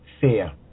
fear